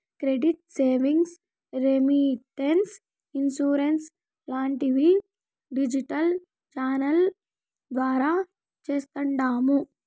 credit savings, remittance, insurance లాంటివి digital ఛానెల్ల ద్వారా చేస్తాండాము